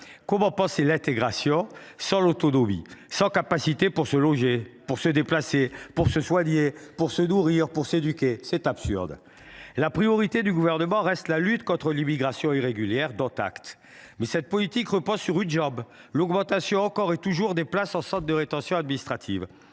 Comment penser l’intégration sans l’autonomie, sans moyens pour se loger, pour se déplacer, pour se soigner, pour se nourrir, pour s’éduquer ? C’est absurde ! La priorité du Gouvernement reste la lutte contre l’immigration irrégulière. Dont acte ! Mais cette politique repose sur une jambe : l’augmentation, encore et toujours, des places en centre de rétention administrative,